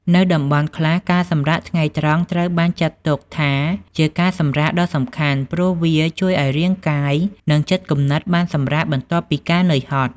នៅតំបន់ខ្លះ ការសម្រាកថ្ងៃត្រង់ត្រូវបានចាត់ទុកថាជាការសម្រាកដ៏សំខាន់ ព្រោះវាជួយឱ្យរាងកាយ និងចិត្តគំនិតបានសម្រាកបន្ទាប់ពីការនឿយហត់។